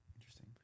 Interesting